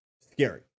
scary